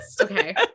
okay